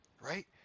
right